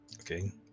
Okay